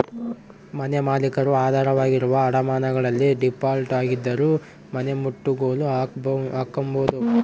ಮನೆಮಾಲೀಕರು ಆಧಾರವಾಗಿರುವ ಅಡಮಾನಗಳಲ್ಲಿ ಡೀಫಾಲ್ಟ್ ಆಗಿದ್ದರೂ ಮನೆನಮುಟ್ಟುಗೋಲು ಹಾಕ್ಕೆಂಬೋದು